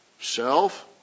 self